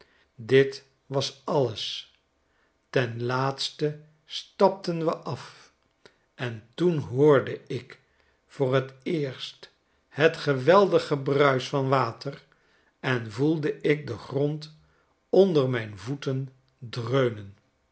dit was alles ten laatste stapten we af en toen hoorde ik voor t eerst het geweldig gebruis van water en voelde ik den grond ondermijn voeten dreunen